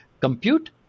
Compute